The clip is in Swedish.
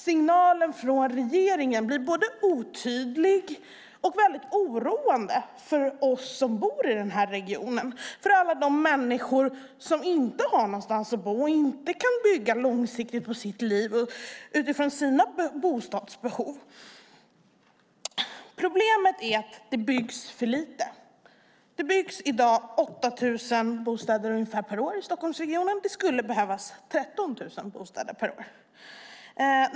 Signalen från regeringen blir både otydlig och väldigt oroande för oss som bor i den här regionen, för alla de människor som inte har någonstans att bo och inte kan bygga långsiktigt på sitt liv utifrån sina bostadsbehov. Problemet är att det byggs för litet. Det byggs i dag 8 000 bostäder per år i Stockholmsregionen. Det skulle behövas 13 000 bostäder per år.